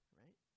right